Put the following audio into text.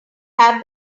have